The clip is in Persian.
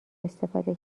استفاده